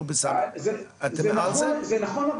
זה נכון,